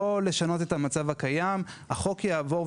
לא לשנות את המצב הקיים; החוק יעבור,